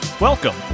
Welcome